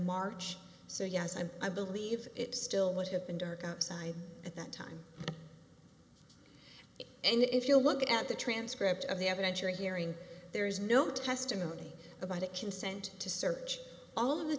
march so yes i'm i believe it still would have been dark outside at that time and if you look at the transcript of the evidence you're hearing there is no testimony about it consent to search all of the